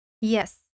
Yes